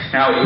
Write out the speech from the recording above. Now